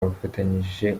afatanyije